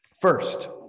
First